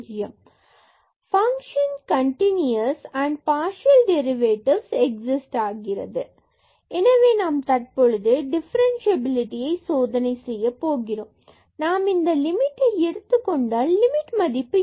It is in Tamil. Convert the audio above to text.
மற்றும் function continuous and partial derivative exist ஆகின்றது xy→00xy0 fxx→0fx0 f00x0 fyy→0f0y f00y0 எனவே நாம் தற்பொழுது டிஃபரண்ட்சியபிலிடி ஐ சோதனை செய்யப் போகிறோம் நாம் இந்த லிமிட்டை எடுத்துக் கொண்டால் லிமிட் மதிப்பு என்ன